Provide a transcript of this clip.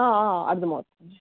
అర్థమవుతుంది